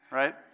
right